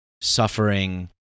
suffering